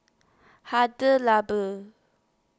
Hada Labo